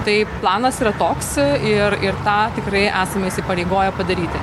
tai planas yra toks ir ir tą tikrai esame įsipareigoję padaryti